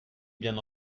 bien